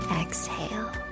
exhale